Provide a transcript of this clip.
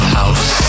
house